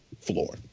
floor